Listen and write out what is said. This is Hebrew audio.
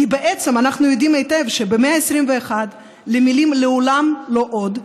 כי אנחנו יודעים היטב שבמאה ה-21 המילים "לעולם לא עוד",